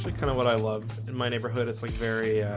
like kind of what i love in my neighborhood, it's like very